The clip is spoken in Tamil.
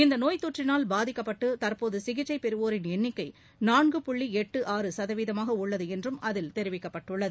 இந்த நோய் தொற்றினால் பாதிக்கப்பட்டு தற்போது சிகிச்சை பெறுவோரின் எண்ணிக்கை நான்கு புள்ளி எட்டு ஆறு சதவீதமாக உள்ளது என்றும் அதில் தெிவிக்கப்பட்டுள்ளது